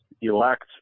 elect